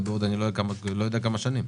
וכאן זה יימשך אני לא יודע כמה שנים.